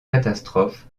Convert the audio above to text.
catastrophes